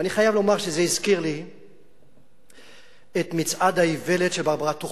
אני חייב לומר שזה הזכיר לי את "מצעד האיוולת" של ברברה טוכמן,